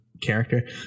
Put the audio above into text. character